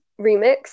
remix